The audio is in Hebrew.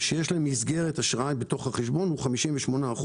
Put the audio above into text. שיש להם מסגרת אשראי בתוך החשבון הוא 58%,